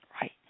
Right